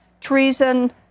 Treason